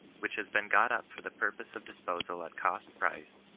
which has been got up for the purpose of dis posal at cost price,